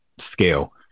scale